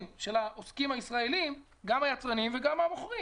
של העוסקים הישראלים גם היצרנים וגם המוכרים